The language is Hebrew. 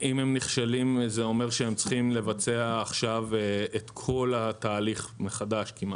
אם הם נכשלים זה אומר שהם צריכים לבצע עכשיו את כל התהליך מחדש כמעט.